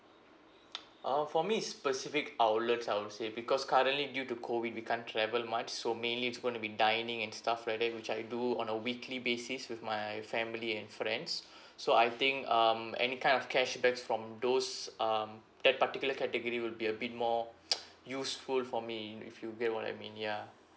uh for me it's specific outlets I'll say because currently due to COVID we can't travel much so mainly it's gonna be dining and stuff like that which I do on a weekly basis with my family and friends so I think um any kind of cashbacks from those um that particular category would be a bit more useful for me if you get what I mean ya